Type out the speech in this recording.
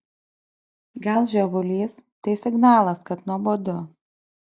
gal žiovulys tai signalas kad nuobodu